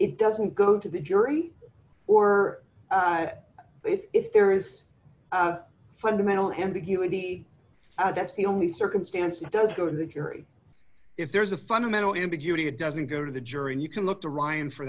it doesn't go to the jury or if there is a fundamental ambiguity that's the only circumstance that does go in the jury if there is a fundamental ambiguity it doesn't go to the jury and you can look to ryan for